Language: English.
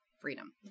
freedom